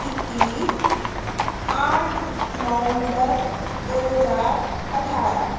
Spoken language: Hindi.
इक्कीस आठ नवम्बर दो हज़ार अठारह